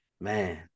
Man